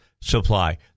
supply